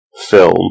film